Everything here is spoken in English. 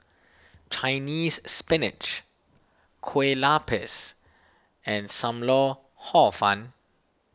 Chinese Spinach Kueh Lapis and Sam Lau Hor Fun